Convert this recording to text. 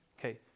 Okay